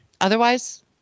Otherwise